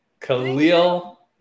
Khalil